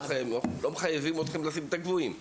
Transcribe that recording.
לא מחייבים אתכם לשים את הגבוהים.